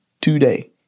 today